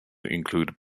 include